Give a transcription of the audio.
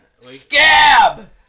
Scab